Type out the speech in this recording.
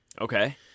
Okay